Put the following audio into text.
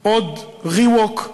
עוד Re-Walk,